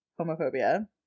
homophobia